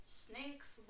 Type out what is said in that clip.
snakes